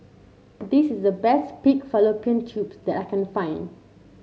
this is the best Pig Fallopian Tubes that I can find